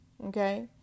Okay